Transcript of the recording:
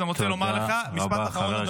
אז אני רוצה לומר לך משפט אחרון,